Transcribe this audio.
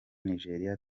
nigeria